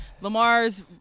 Lamar's